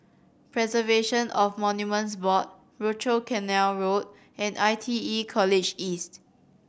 Preservation of Monuments Board Rochor Canal Road and I T E College East